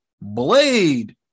blade